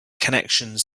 connections